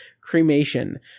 cremation